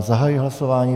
Zahajuji hlasování.